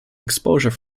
exposure